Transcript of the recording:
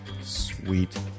Sweet